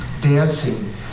dancing